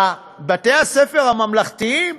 שבבתי-הספר הממלכתיים